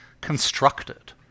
constructed